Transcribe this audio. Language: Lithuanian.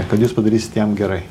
kad jūs padarysit jam gerai